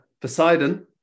Poseidon